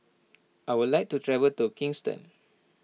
I would like to travel to Kingston